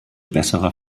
besserer